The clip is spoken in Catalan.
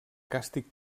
càstig